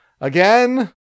Again